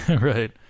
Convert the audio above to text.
Right